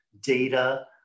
data